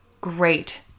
great